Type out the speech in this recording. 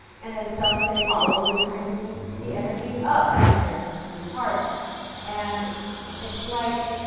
and then some say follows, which kinds of keeps the energy up, and then here comes human heart and it's like,